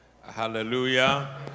hallelujah